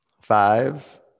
Five